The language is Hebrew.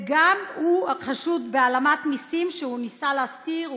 וגם הוא חשוד בהעלמת מסים שהוא ניסה להסתיר.